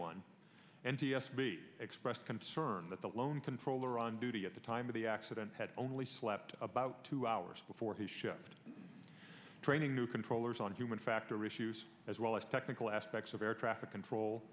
b expressed concern that the lone controller on duty at the time of the accident had only slept about two hours before his shift training new controllers on human factor issues as well as technical aspects of air traffic control